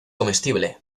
comestible